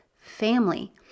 family